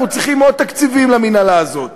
אנחנו צריכים עוד תקציבים למינהלה הזאת,